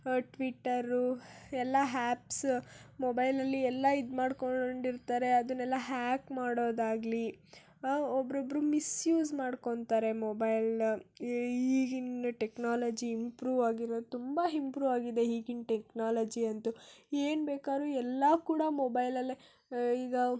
Twitter ಎಲ್ಲ apps ಮೊಬೈಲ್ನಲ್ಲಿ ಎಲ್ಲ ಇದು ಮಾಡಿಕೊಂಡಿರ್ತಾರೆ ಅದನ್ನೆಲ್ಲ ಹ್ಯಾಕ್ ಮಾಡೋದಾಗಲಿ ಒಬ್ರೊಬ್ಬರು ಮಿಸ್ಯೂಸ್ ಮಾಡ್ಕೊತಾರೆ ಮೊಬೈಲ ಈ ಈಗಿನ ಟೆಕ್ನಾಲಜಿ ಇಂಪ್ರೂವ್ ಆಗಿರೋದು ತುಂಬ ಹಿಂಪ್ರೊವ್ ಆಗಿದೆ ಈಗಿನ ಟೆಕ್ನಾಲಜಿಯಂತೂ ಏನು ಬೇಕಾದ್ರು ಎಲ್ಲ ಕೂಡ ಮೊಬೈಲಲ್ಲೇ ಈಗ